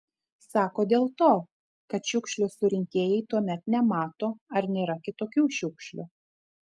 sako dėl to kad šiukšlių surinkėjai tuomet nemato ar nėra kitokių šiukšlių